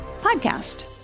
podcast